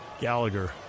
Gallagher